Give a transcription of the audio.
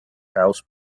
house